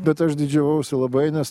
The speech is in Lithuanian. bet aš didžiavausi labai nes